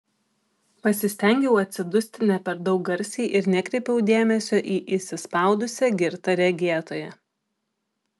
pasistengiau atsidusti ne per daug garsiai ir nekreipiau dėmesio į įsispaudusią girtą regėtoją